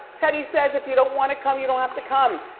teddi says if you don't wanna come you don't have to come.